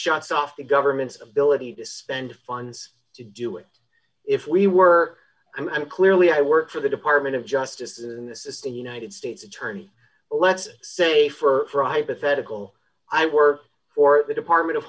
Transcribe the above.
shuts off the government's ability to spend funds to do it if we were i'm clearly i work for the department of justice in the system united states attorney let's say for a hypothetical i work for the department of